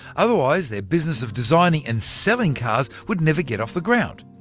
otherwise their business of designing and selling cars would never get off the ground.